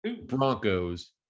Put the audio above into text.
Broncos